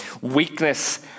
Weakness